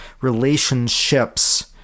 relationships